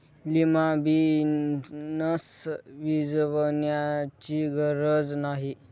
lima beans भिजवण्याची गरज नाही